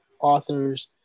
authors